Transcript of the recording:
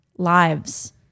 lives